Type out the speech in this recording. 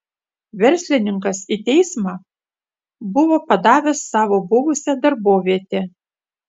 verslininkas į teismą buvo padavęs savo buvusią darbovietę